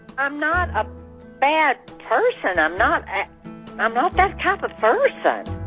i'm not a bad person. i'm not i'm not that type of person